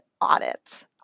audits